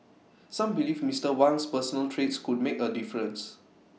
some believe Mister Wang's personal traits could make A difference